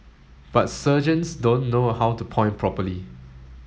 but sergeants don't know how to point properly